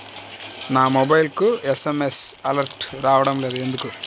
నా మొబైల్కు SMS alerts రావడం లేదు ఎందుకు?